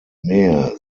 mehr